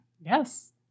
Yes